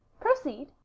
Proceed